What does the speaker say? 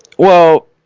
well